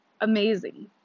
amazing